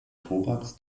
thorax